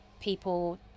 people